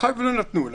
מאחר שלא נתנו לה,